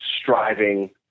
striving